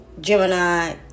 Gemini